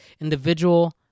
individual